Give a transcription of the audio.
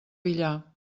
villar